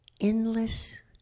endless